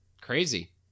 Crazy